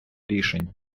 рішень